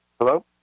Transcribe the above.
Hello